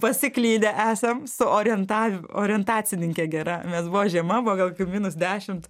pasiklydę esam su orientav orientacininkė gera nes buvo žiema buvo gal minus dešimt